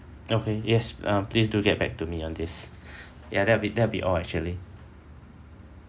okay yes uh please do get back to me on this ya that'll be that'll be all actually